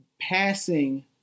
passing